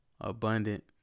abundant